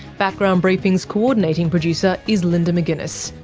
background briefing's co-ordinating producer is linda mcginness,